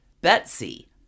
Betsy